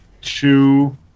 two